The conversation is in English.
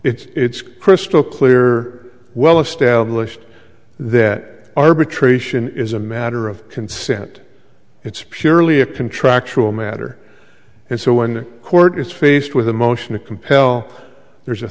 it's crystal clear well established that arbitration is a matter of consent it's purely a contractual matter and so when the court is faced with a motion to compel there's a